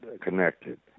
connected